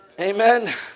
Amen